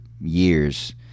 years